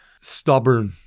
stubborn